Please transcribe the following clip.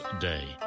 Day